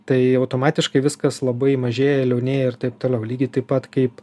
tai automatiškai viskas labai mažėja liaunėja ir taip toliau lygiai taip pat kaip